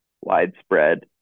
widespread